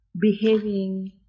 behaving